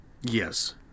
yes